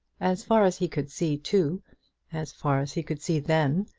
as far as he could see, too as far as he could see then,